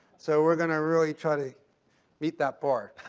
so we're going to really try to meet that bar.